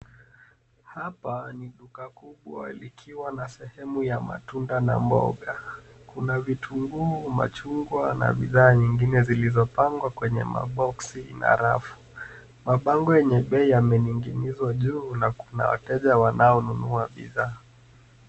Hapa ni Duka kubwa likiwa na sehemu ya matunda na mboga kuna vitunguu, machungwa na bidhaa nyingine zilizopangwa kwenye maboksi rafu mabango yenye bei yamening'inizwa juu na kuna wateja wanao nunua bidhaa.